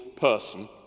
Person